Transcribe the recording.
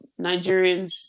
Nigerians